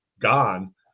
gone